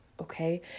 okay